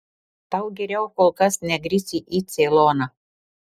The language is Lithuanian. tau geriau kol kas negrįžti į ceiloną